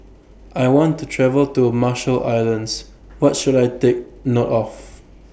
I want to travel to Marshall Islands What should I Take note of